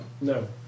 No